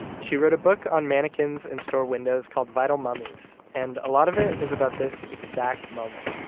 she wrote a book on mannequins and store windows called vital mummies and a lot of it is about this exact moment,